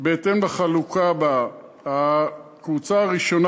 בהתאם לחלוקה הבאה: הקבוצה הראשונה